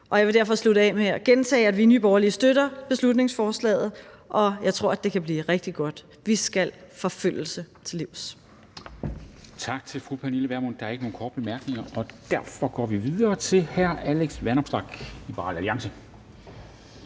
og jeg vil derfor slutte af med at gentage, at vi i Nye Borgerlige støtter beslutningsforslaget, og jeg tror også, at det kan blive rigtig godt. Vi skal forfølgelse til livs. Kl. 11:13 Formanden (Henrik Dam Kristensen): Tak til fru Pernille Vermund. Der er ikke nogen korte bemærkninger. Derfor går vi videre til hr. Alex Vanopslagh, Liberal Alliance.